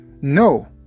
No